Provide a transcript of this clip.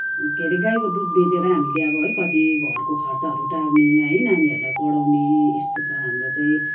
के अरे गाईको दुध बेचेर हामीले अब है कति घरको खर्चहरू टार्ने है नानीहरूलाई पढाउने यस्तो छ हाम्रो चाहिँ